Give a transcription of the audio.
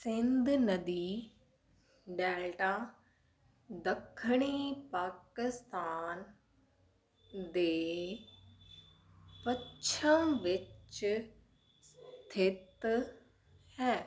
ਸਿੰਧ ਨਦੀ ਡੈਲਟਾ ਦੱਖਣੀ ਪਾਕਿਸਤਾਨ ਦੇ ਪੱਛਮ ਵਿੱਚ ਸਥਿਤ ਹੈ